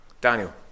Daniel